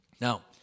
Now